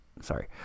Sorry